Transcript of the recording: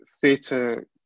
theatre